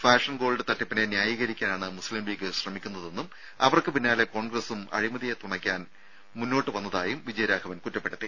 fashion gold തട്ടിപ്പിനെ ന്യായീകരിക്കാനാണ് മുസ്ലിം ലീഗ് ശ്രമിക്കുന്നതെന്നും അവർക്ക് പിന്നാലെ കോൺഗ്രസും അഴിമതിയെ തുണയ്ക്കാൻ മുന്നോട്ട് വന്നതായും വിജയരാഘവൻ കുറ്റപ്പെടുത്തി